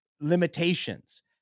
Limitations